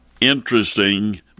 interesting